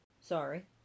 Sorry